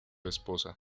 esposa